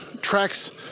tracks